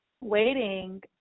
waiting